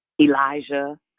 Elijah